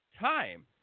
time